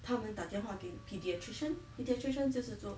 他们打电话给 pediatrician pediatrician 就是做